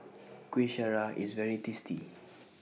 Kuih Syara IS very tasty